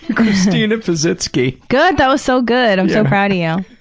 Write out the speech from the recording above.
christina pazsitzky. good! that was so good. i'm so proud yeah